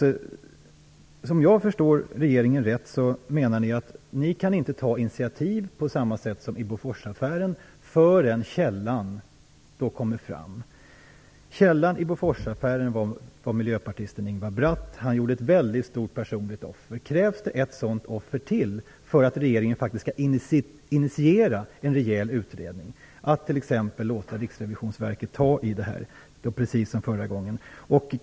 Om jag förstår regeringen rätt menar ni att ni inte kan ta initiativ på samma sätt som i Boforsaffären förrän källan kommer fram. Källan i Boforsaffären var miljöpartisten Ingvar Bratt. Han gjorde ett väldigt stort personligt offer. Krävs det ett sådant offer till för att regeringen skall initiera en rejäl utredning och t.ex. låta Riksrevisionsverket ta tag i frågan, precis som förra gången?